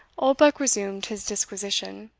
oldbuck resumed his disquisition.